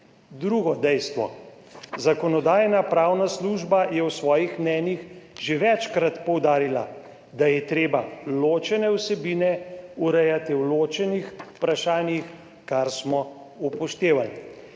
Drugo dejstvo. Zakonodajno-pravna služba je v svojih mnenjih že večkrat poudarila, da je treba ločene vsebine urejati v ločenih vprašanjih, kar smo upoštevali.